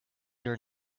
your